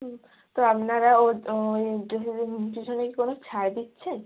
হুম তো আপনারা ও ওই কি কোনো ছাড় দিচ্ছেন